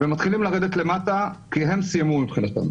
ומתחילים לרדת למטה, כי הם סיימו מבחינתם.